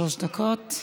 שלוש דקות.